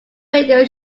radio